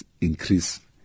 increase